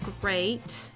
great